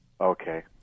Okay